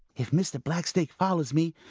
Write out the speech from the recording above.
if mr. blacksnake follows me,